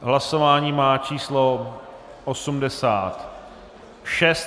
Hlasování má číslo 86.